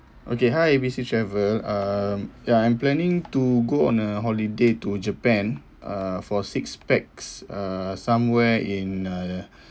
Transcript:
okay hi A B C travel uh ya I'm planning to go on a holiday to japan uh four six pax uh somewhere in uh